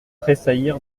tressaillir